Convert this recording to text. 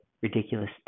ridiculous